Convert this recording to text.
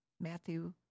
Matthew